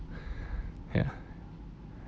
ya